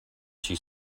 she